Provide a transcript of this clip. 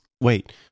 Wait